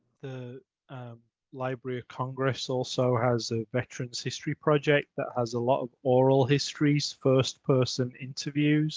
the library of congress also has the veterans history project that has a lot of oral histories first person interviews